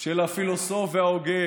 של הפילוסוף וההוגה